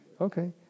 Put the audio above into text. Okay